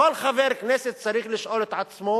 כל חבר כנסת צריך לשאול את עצמו